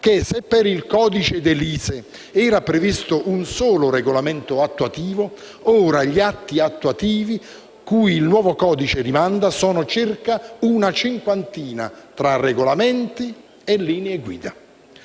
che se per il codice De Lise era previsto un solo regolamento attuativo, ora gli atti attuativi cui il nuovo codice rimanda sono circa una cinquantina, tra regolamenti e linee guida.